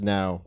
Now